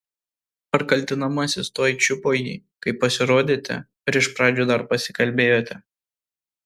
ar kaltinamasis tuoj čiupo jį kai pasirodėte ar iš pradžių dar pasikalbėjote